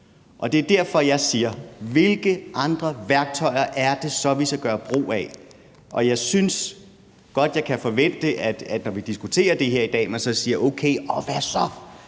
Det er derfor, jeg siger: Hvilke andre værktøjer er det så, vi skal gøre brug af? Jeg synes godt, jeg kan forvente, når vi diskuterer det her i dag, at man siger: Okay, og hvad så?